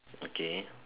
okay